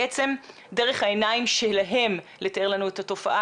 בעצם דרך העיניים שלהם לתאר לנו את התופעה,